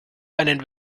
einen